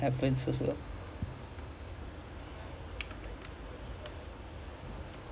it's just sad lah like you see the like எல்லாம்:ellaam place also like it was on the floor I think after that lucas marra